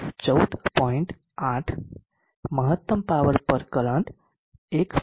8 મહત્તમ પાવર પર કરંટ 1